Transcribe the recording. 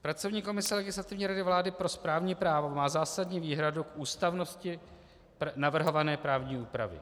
Pracovní komise Legislativní rady vlády pro správní právo má zásadní výhradu k ústavnosti navrhované právní úpravy.